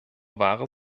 ware